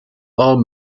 all